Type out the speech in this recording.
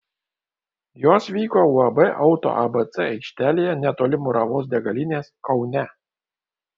jos vyko uab auto abc aikštelėje netoli muravos degalinės kaune